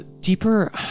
deeper